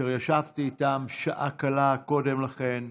אשר ישבתי איתם שעה קלה קודם לכן.